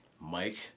Mike